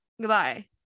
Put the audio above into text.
goodbye